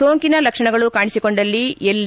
ಸೋಂಕಿನ ಲಕ್ಷಣಗಳು ಕಾಣಿಸಿಕೊಂಡಿಲ್ಲಿ ಎಲ್ಲಿ